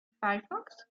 firefox